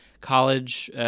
college